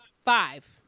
Five